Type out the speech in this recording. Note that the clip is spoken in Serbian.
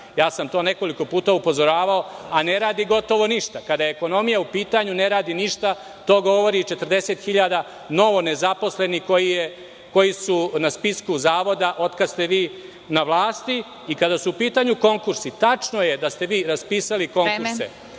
To sam nekoliko puta upozoravao, ali ne radi gotovo ništa. Kada je ekonomija u pitanju ne radi ništa. To govori 40.000 novo nezaposlenih koji su na spisku zavoda od kad ste vi na vlasti i kada su u pitanju konkursi, tačno je da ste vi raspisali konkurse.